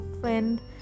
friend